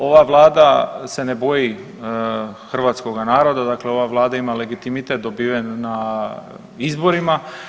Ova vlada se ne boji hrvatskoga naroda, dakle ova vlada ima legitimitet dobiven na izborima.